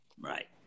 Right